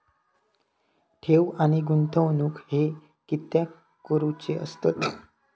ठेव आणि गुंतवणूक हे कित्याक करुचे असतत?